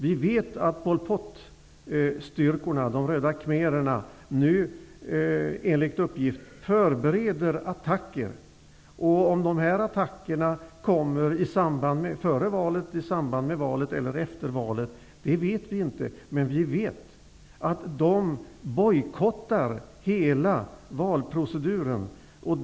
Vi vet att Pol Pot-styrkorna, de röda khmererna, enligt uppgift nu förbereder attacker. Om dessa attacker kommer före, i samband med eller efter valet vet vi inte. Men vi vet att de bojkottar hela valproceduren.